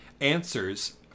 answers